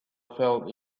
felt